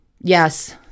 yes